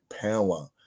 power